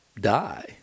die